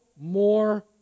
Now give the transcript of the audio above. more